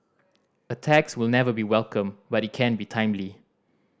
a tax will never be welcome but it can be timely